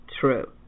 true